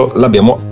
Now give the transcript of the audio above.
l'abbiamo